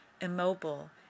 immobile